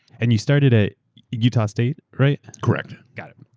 and you started at utah state, right? correct. got it.